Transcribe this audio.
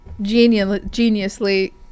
geniusly